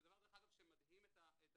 זה דבר דרך אגב שמדהים את התלמידים.